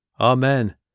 Amen